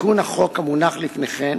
תיקון החוק המונח לפניכם